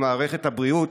ממערכת הבריאות.